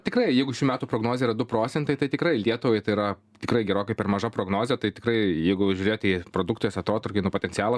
tikrai jeigu šių metų prognozė yra du procentai tai tikrai lietuvai tai yra tikrai gerokai per maža prognozė tai tikrai jeigu žiūrėt į produkcijos atotrūkį nuo potencialo